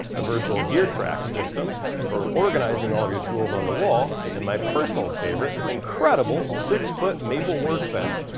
a versitile gear track system for organzing all of your tools on the wall, and my personal favorite, this incredible six foot maple work bench.